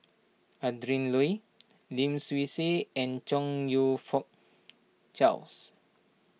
Adrin Loi Lim Swee Say and Chong You Fook Charles